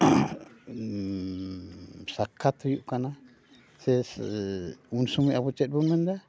ᱥᱟᱠᱠᱷᱟᱛ ᱦᱩᱭᱩᱜ ᱠᱟᱱᱟ ᱥᱮ ᱩᱱ ᱥᱳᱢᱳᱭ ᱟᱵᱚ ᱪᱮᱫᱵᱚᱱ ᱢᱮᱱ ᱮᱫᱟ